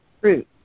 fruit